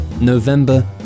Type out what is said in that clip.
November